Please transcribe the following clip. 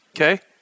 okay